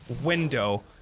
window